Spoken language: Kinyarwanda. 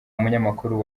umunyamakuru